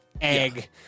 egg